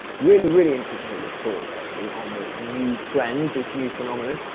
really, really interested to hear your thoughts, actually, on this new trend, this new phenomenon.